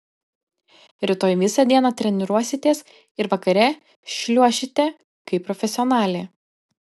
rytoj visą dieną treniruositės ir vakare šliuošite kaip profesionalė